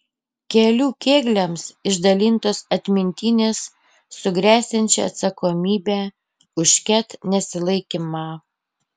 kelių kėgliams išdalintos atmintinės su gresiančia atsakomybe už ket nesilaikymą